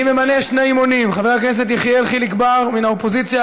אני ממנה שני מונים: חבר הכנסת יחיאל חיליק בר מן האופוזיציה,